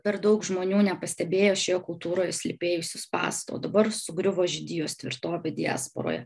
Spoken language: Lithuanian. per daug žmonių nepastebėjo šioje kultūroje slypėjusių spąstų o dabar sugriuvo žydijos tvirtovė diasporoje